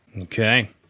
okay